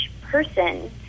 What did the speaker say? person